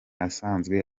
asanzwe